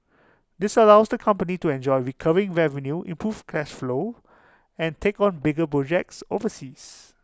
this allows the company to enjoy recurring revenue improve cash flow and take on bigger projects overseas